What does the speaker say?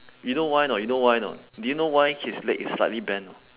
you know why or not you know why or not do you know why his leg is slightly bent